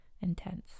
intense